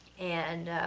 and